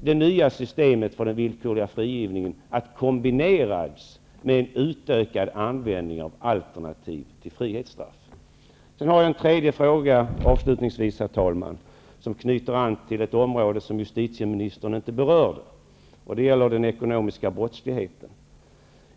det nya systemet för den villkorliga frigivningen att kombineras med en utökad användning av alternativ till frihetsstraff? Herr talman! Jag har avslutningsvis en tredje fråga som gäller ett område som justitieministern inte berörde, nämligen den ekonomiska brottsligheten.